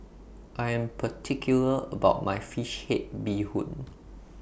I Am particular about My Fish Head Bee Hoon